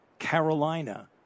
Carolina